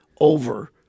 over